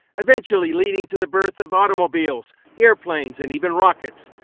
eventually leading to the birth of automobiles, airplanes, and even rockets.